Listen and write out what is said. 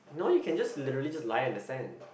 no you can just literally just lie on the sand